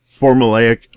formulaic